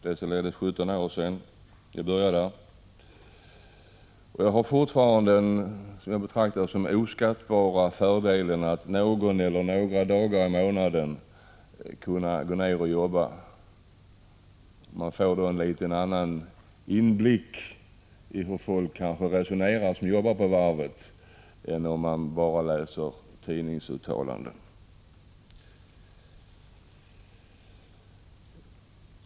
Det är således 17 år sedan jag började där. Jag har fortfarande — som jag betraktar det — den oskattbara fördelen att någon eller några dagar i månaden kunna gå ner och jobba på varvet. Man får kanske på det sättet en annan inblick i hur folk som jobbar där resonerar än om man bara läser tidningsuttalanden.